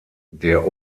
der